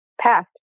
passed